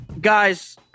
Guys